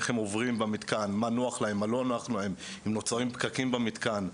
איך הם עוברים במתקן; מה נוח להם; מה נוח להם; אם נוצרים פקקים במתקן.